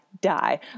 die